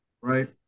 right